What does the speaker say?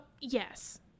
yes